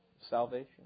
salvation